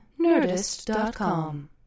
Nerdist.com